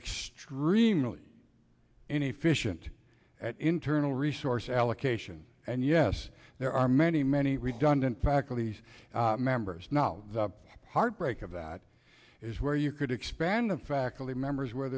extremely inefficient at internal resource allocation and yes there are many many redundant faculties members now the heartbreak of that is where you could expand the faculty members where